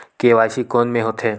KYC कोन में होथे?